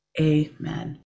Amen